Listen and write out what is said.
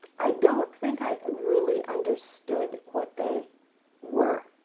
i don't think i really understood what they were,